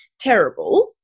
terrible